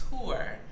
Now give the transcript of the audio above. tour